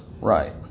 Right